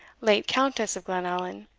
late countess of glenallan,